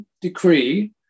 decree